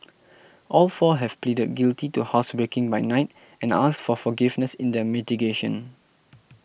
all four have pleaded guilty to housebreaking by night and asked for forgiveness in their mitigation